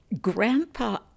Grandpa